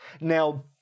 now